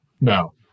No